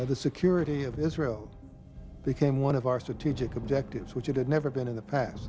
for the security of israel became one of our strategic objectives which it had never been in the past